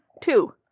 Two